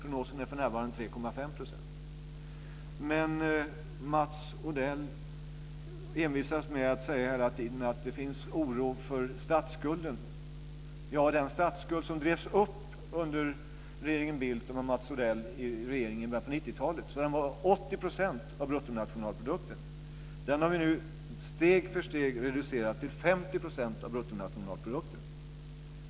Prognosen visar för närvarande på 3,5 %. Men Mats Odell envisas hela tiden med att säga att det finns en oro för statsskulden. Den statsskuld som drevs upp under regeringen Bildt med Mats Odell i början på 90-talet så att den var 80 % av bruttonationalprodukten har vi nu steg för steg reducerat till 50 % av bruttonationalprodukten.